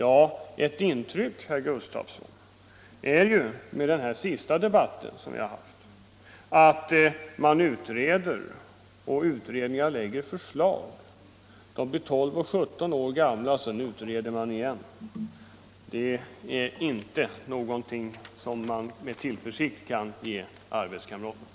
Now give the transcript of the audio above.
Mitt intryck av den sista debatten, herr Gustavsson, är att man utreder frågor och att utredningarna framlägger förslag, som kan bli 12 eller 17 år gamla, och att man sedan utreder dem igen. Det är inte någonting som man med glad tillförsikt kan delge sina arbetskamrater.